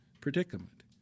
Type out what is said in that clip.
predicament